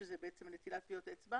שזה בעצם נטילת טביעות אצבע